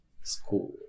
school